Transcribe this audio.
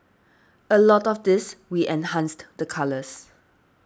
a lot of this we enhanced the colours